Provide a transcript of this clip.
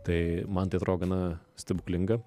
tai man tai atrodo gana stebuklinga